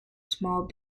small